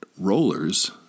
rollers